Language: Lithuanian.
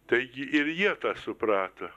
taigi ir jie tą suprato